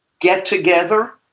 get-together